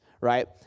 right